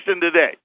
today